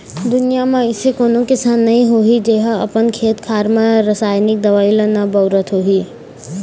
दुनिया म अइसे कोनो किसान नइ होही जेहा अपन खेत खार म रसाइनिक दवई ल नइ बउरत होही